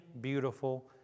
beautiful